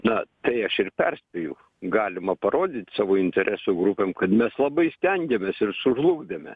na tai aš ir perspėju galima parodyt savo interesų grupėm kad mes labai stengėmės ir sužlugdėme